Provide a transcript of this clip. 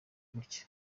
gutya